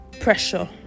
pressure